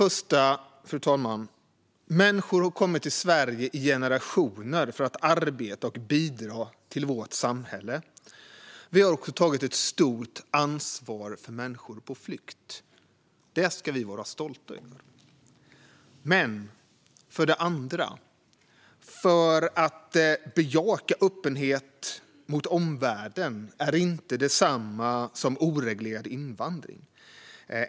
För det första har människor kommit till Sverige i generationer för att arbeta och bidra till vårt samhälle. Vi har också tagit ett stort ansvar för människor på flykt. Det ska vi vara stolta över. För det andra är det dock inte detsamma att bejaka öppenhet mot omvärlden som att ha en oreglerad invandring.